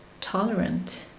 tolerant